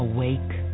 Awake